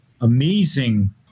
amazing